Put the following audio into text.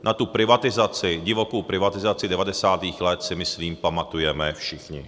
Na tu privatizaci, divokou privatizaci 90. let, si myslím pamatujeme všichni.